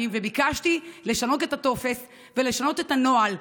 וביקשתי לשנות את הטופס ולשנות את הנוהל,